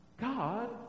God